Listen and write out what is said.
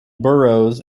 burrows